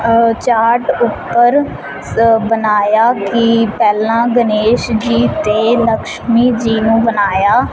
ਚਾਟ ਉਪਰ ਬਣਾਇਆ ਕਿ ਪਹਿਲਾਂ ਗਣੇਸ਼ ਜੀ ਅਤੇ ਲਕਸ਼ਮੀ ਜੀ ਨੂੰ ਬਣਾਇਆ